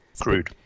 Crude